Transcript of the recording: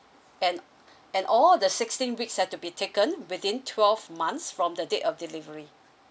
and and all the sixteen weeks had to be taken within twelve months from the date of delivery